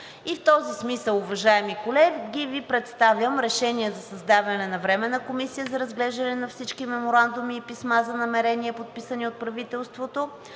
И в този смисъл, уважаеми колеги, Ви представям: „Проект! РЕШЕНИЕ за създаване на Временна комисия за разглеждане на всички меморандуми и писма за намерения, подписани от правителството